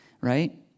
right